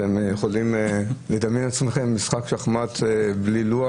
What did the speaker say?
אתם יכולים לדמיין לעצמכם משחק שחמט בלי לוח?